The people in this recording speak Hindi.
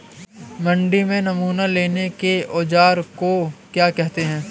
मंडी में नमूना लेने के औज़ार को क्या कहते हैं?